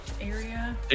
area